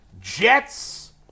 Jets